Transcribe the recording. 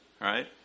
right